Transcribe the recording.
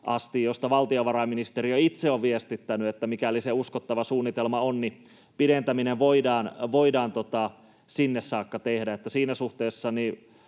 josta valtiovarainministeriö itse on viestittänyt, että mikäli se suunnitelma on uskottava, niin pidentäminen voidaan sinne saakka tehdä. Valitettavasti